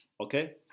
okay